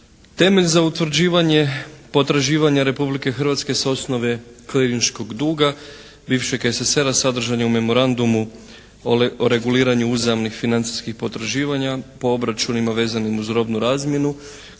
Temelj za utvrđivanje potraživanja Republike Hrvatske s osnove klirinškog duga bivšeg SSSR-a sadržan je u memorandumu o reguliranju uzajamnih financijskih potraživanjima po obračunima vezanim uz robnu razmjenu